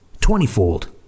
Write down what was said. twentyfold